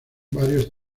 varios